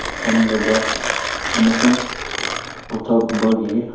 ꯐꯪꯗꯕ ꯑꯃꯁꯨꯡ ꯄꯣꯊꯥꯕꯒꯤ